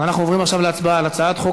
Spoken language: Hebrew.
אנחנו עוברים עכשיו להצבעה על הצעת חוק